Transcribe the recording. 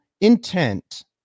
intent